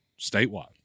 statewide